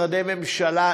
משרדי ממשלה,